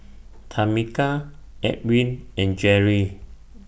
Tameka Edwin and Jeri